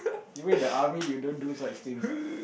do it the army you don't do such thing ah